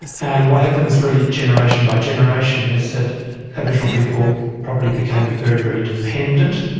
and what happens really generation by generation is that aboriginal people probably became very, very dependent